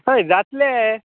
हय जातलें